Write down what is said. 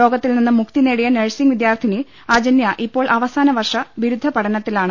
രോഗത്തിൽ നിന്ന് മുക്തി നേടിയ നഴ്സിംഗ് വിദ്യാർത്ഥിനി അജന്യ ഇപ്പോൾ അവസാന വർഷ ബിരുദ പഠനത്തിലാണ്